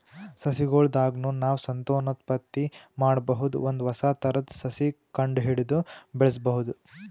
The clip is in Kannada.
ಸಸಿಗೊಳ್ ದಾಗ್ನು ನಾವ್ ಸಂತಾನೋತ್ಪತ್ತಿ ಮಾಡಬಹುದ್ ಒಂದ್ ಹೊಸ ಥರದ್ ಸಸಿ ಕಂಡಹಿಡದು ಬೆಳ್ಸಬಹುದ್